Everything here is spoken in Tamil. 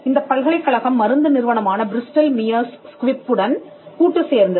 இந்தப் பல்கலைக்கழகம் மருந்து நிறுவனமான பிரிஸ்டல் மியர்ஸ் ஸ்குவிப்புடன் கூட்டு சேர்ந்தது